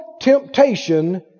temptation